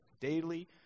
daily